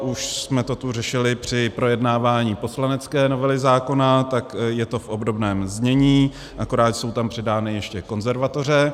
Už jsme to tu řešili při projednávání poslanecké novely zákona, tak je to v obdobném znění, akorát jsou tam přidány ještě konzervatoře.